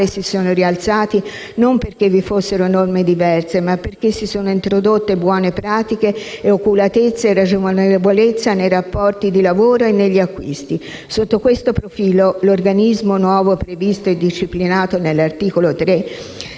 si sono rialzati non perché vi fossero norme diverse ma perché si sono introdotte buone pratiche, oculatezza e ragionevolezza nei rapporti di lavoro e negli acquisti. Sotto questo profilo, l'organismo nuovo previsto e disciplinato nell'articolo 3,